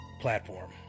platform